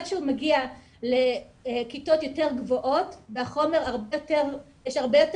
כשהוא מגיע לכיתות יותר גבוהות ויש הרבה יותר קריאה,